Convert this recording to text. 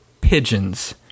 Pigeons